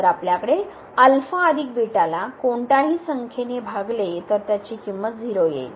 तर आपल्याकडे ला कोणत्याही संख्येने भागले तर त्याची किंमत 0 येईल